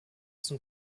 zum